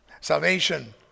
Salvation